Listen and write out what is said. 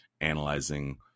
analyzing